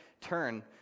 turn